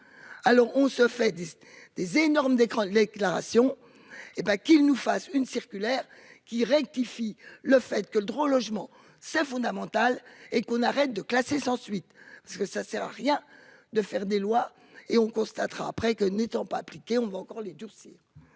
Alors on se fait. Des énormes d'écran de l'éclat ration et ben qu'il nous fasse une circulaire qui rectifie le fait que le droit au logement, c'est fondamental et qu'on arrête de classer sans suite, parce que ça sert à rien de faire des lois et on constatera après que n'étant pas appliquée, on va encore les durcir.